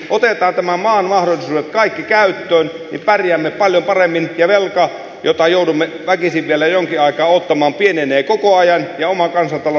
otetaan tämän maan kaikki mahdollisuudet käyttöön niin pärjäämme paljon paremmin ja velka jota joudumme väkisin vielä jonkin aikaa ottamaan pienenee koko ajan ja oma kansantalous paranee